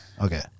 Okay